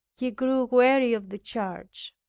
he grew weary of the charge.